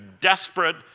desperate